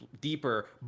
deeper